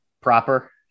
proper